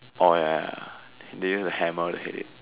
oh ya ya ya they use a hammer to hit it